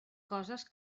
coses